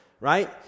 right